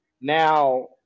now